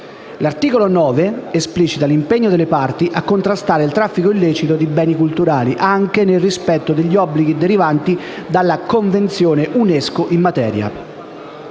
L'articolo 9 esplicita l'impegno delle parti a contrastare il traffico illecito di beni culturali, anche nel rispetto degli obblighi derivanti dalla Convenzione UNESCO in materia.